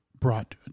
brought